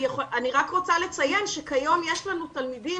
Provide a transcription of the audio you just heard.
אני רק רוצה לציין שכיום יש לנו תלמידים